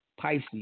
Pisces